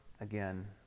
again